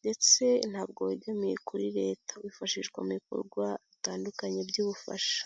ndetse ntabwo wegamiye kuri leta, wifashishwa mu bikorwa bitandukanye by'ubufasha.